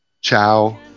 ciao